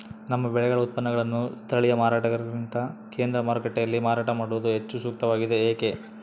ನಮ್ಮ ಬೆಳೆಗಳ ಉತ್ಪನ್ನಗಳನ್ನು ಸ್ಥಳೇಯ ಮಾರಾಟಗಾರರಿಗಿಂತ ಕೇಂದ್ರ ಮಾರುಕಟ್ಟೆಯಲ್ಲಿ ಮಾರಾಟ ಮಾಡುವುದು ಹೆಚ್ಚು ಸೂಕ್ತವಾಗಿದೆ, ಏಕೆ?